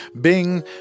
Bing